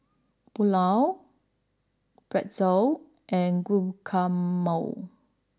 Pulao Pretzel and Guacamole